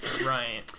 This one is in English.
Right